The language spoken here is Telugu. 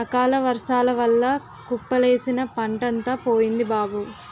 అకాలవర్సాల వల్ల కుప్పలేసిన పంటంతా పోయింది బాబూ